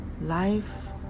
life